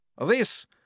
This